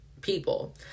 people